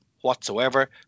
whatsoever